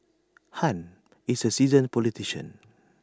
han is A seasoned politician